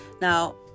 Now